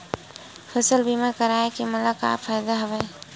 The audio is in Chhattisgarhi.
फसल बीमा करवाय के मोला का फ़ायदा हवय?